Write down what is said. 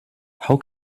how